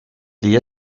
día